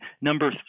number